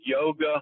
yoga